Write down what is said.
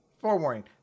forewarning